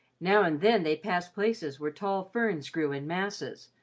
now and then they passed places where tall ferns grew in masses,